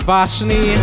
Vashni